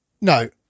No